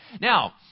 Now